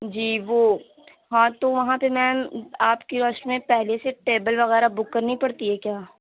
جی وہ ہاں تو وہاں پہ میم آپ کے رسٹورینٹ میں پہلے سے ٹیبل وغیرہ بک کرنی پڑتی ہے کیا